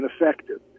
effective